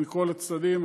מכל הצדדים.